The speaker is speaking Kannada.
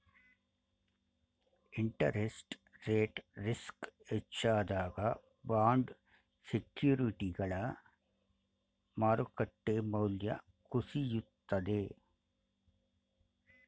ಇಂಟರೆಸ್ಟ್ ರೇಟ್ ರಿಸ್ಕ್ ಹೆಚ್ಚಾದಾಗ ಬಾಂಡ್ ಸೆಕ್ಯೂರಿಟಿಗಳ ಮಾರುಕಟ್ಟೆ ಮೌಲ್ಯ ಕುಸಿಯುತ್ತದೆ